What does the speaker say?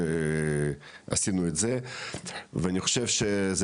עשינו את זה ואני חושב שזה